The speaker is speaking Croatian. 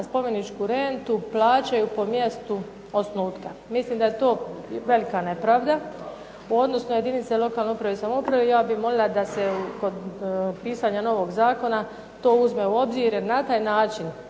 spomeničku rentu plaćaju po mjestu osnutaka. Mislim da je to velika nepravda u odnosu na jedinice lokalne uprave i samouprave Ja bih molila da se kod pisanja novog zakona to uzme u obzir na taj način